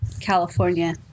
california